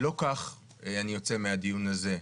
לא כך אני יוצא מהדיון הזה.